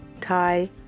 Thai